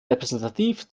repräsentativ